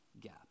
gap